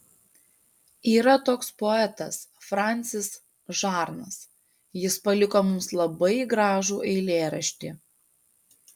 yra toks poetas fransis žarnas jis paliko mums labai gražų eilėraštį